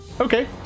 Okay